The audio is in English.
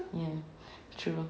ya true